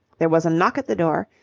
there was a knock at the door,